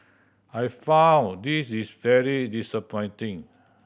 I find this is very disappointing